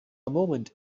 moment